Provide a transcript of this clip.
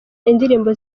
indirimbo